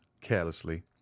carelessly